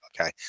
okay